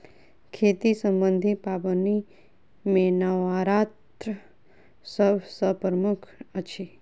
खेती सम्बन्धी पाबनि मे नवान्न सभ सॅ प्रमुख अछि